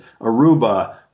Aruba